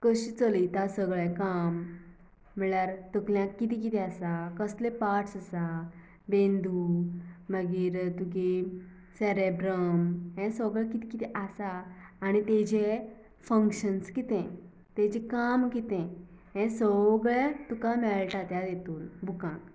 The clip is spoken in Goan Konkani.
कशी चलयता सगलें काम म्हळ्यार तकल्यांक किदें किदें आसा कसलें पार्ट्स आसा मेंदू मागीर तुगे सेरेब्रम हें सगलें किदें किदें आसा आनी तेजे फंग्शन्स किदें तेजें काम किदें हें सगळें तुका मेळटा त्या हितून त्या बुकांक